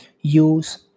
use